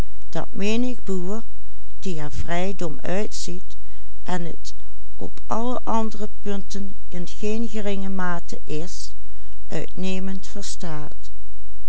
alle andere punten in geen geringe mate is